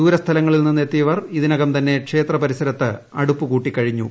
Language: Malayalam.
ദൂരസ്ഥലങ്ങളിൽ നിന്ന് എത്തിയവർ ഇതിനകം തന്നെ ക്ഷേത്രപരിസരത്ത് അടുപ്പ് കൂട്ടിക്കഴിഞ്ഞു